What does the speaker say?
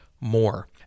more